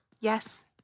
Yes